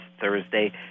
Thursday